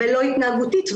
ולא התנהגותית.